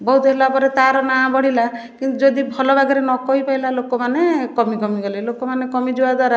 ବହୁତ ହେଲାପରେ ତା'ର ନାଁ ବଢ଼ିଲା କିନ୍ତୁ ଯଦି ଭଲ ବାଗରେ ନକହି ପାଇଲା ଲୋକମାନେ କମିକମି ଗଲେ ଲୋକମାନେ କମିଯିବା ଦ୍ଵାରା